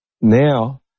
Now